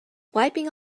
wiping